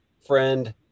friend